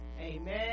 Amen